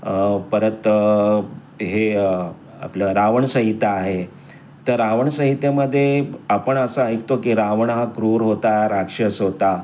परत हे आपलं रावण संहिता आहे तर रावण संहितेमध्ये आपण असं ऐकतो की रावण हा क्रूर होता राक्षस होता